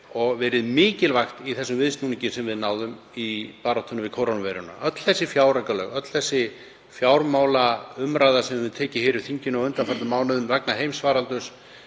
og verið mikilvægt í þeim viðsnúningi sem við náðum í baráttunni við kórónuveiruna. Öll þessi fjáraukalög, öll þessi fjármálaumræða sem við höfum tekið hér í þinginu á undanförnum mánuðum vegna heimsfaraldurs,